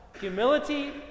Humility